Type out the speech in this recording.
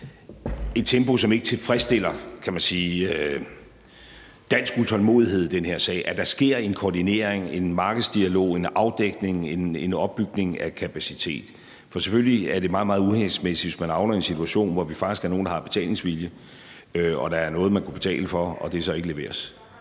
et tempo, som ikke tilfredsstiller dansk utålmodighed i den her sag, at der sker en koordinering, en markedsdialog, en afdækning og en opbygning af kapacitet. For selvfølgelig er det meget, meget uhensigtsmæssigt, hvis man havner i en situation, hvor vi faktisk er nogle, der har betalingsvilje, og der er noget, man kunne betale for, og det så ikke leveres.